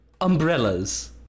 umbrellas